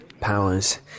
Powers